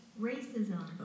racism